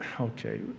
okay